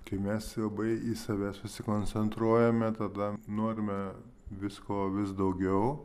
kai mes labai į save susikoncentruojame tada norime visko vis daugiau